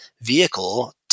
vehicle